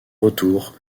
retour